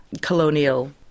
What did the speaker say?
colonial